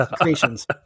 creations